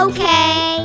Okay